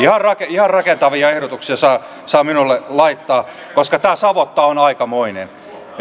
ihan rakentavia ehdotuksia saa minulle laittaa koska tämä savotta on aikamoinen